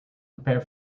prepare